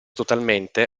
totalmente